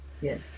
yes